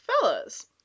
fellas